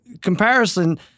comparison